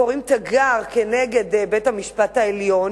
וקוראים תיגר על בית-המשפט העליון